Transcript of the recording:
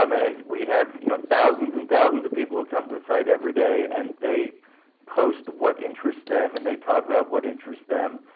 um and we have, you know, thousands and thousands of people who come to the site every day, and they post what interests them and they talk about what interests them,